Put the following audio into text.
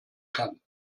kann